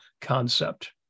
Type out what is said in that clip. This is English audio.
concept